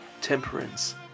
temperance